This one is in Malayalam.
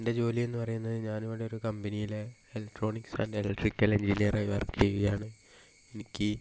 എൻ്റെ ജോലിയെന്നു പറയുന്നത് ഞാനിവിടെ ഒരു കമ്പനിയിലെ ഇലക്ട്രോണിക് ആൻഡ് ഇലക്ട്രിക്കൽ എൻജിനീയറായി വർക്ക് ചെയ്യുകയാണ് എനിക്ക്